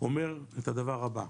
אומר את הדבר הבא: